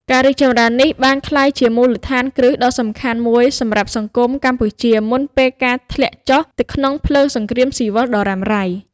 ការរីកចម្រើននេះបានក្លាយជាមូលដ្ឋានគ្រឹះដ៏សំខាន់មួយសម្រាប់សង្គមកម្ពុជាមុនពេលការធ្លាក់ចុះទៅក្នុងភ្លើងសង្គ្រាមស៊ីវិលដ៏រ៉ាំរ៉ៃ។